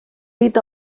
dit